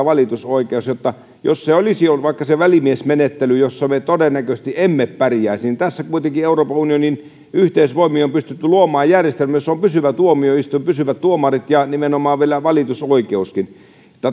valitusoikeus eli verrattuna siihen että se olisi ollut vaikka se välimiesmenettely jossa me todennäköisesti emme pärjäisi niin tässä kuitenkin euroopan unionin yhteisvoimin on pystytty luomaan järjestelmä jossa on pysyvä tuomioistuin ja pysyvät tuomarit ja nimenomaan vielä valitusoikeuskin